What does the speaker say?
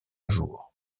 jours